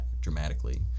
dramatically